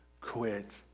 quit